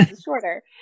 shorter